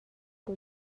hmu